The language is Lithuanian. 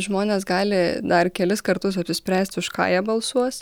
žmonės gali dar kelis kartus apsispręsti už ką jie balsuos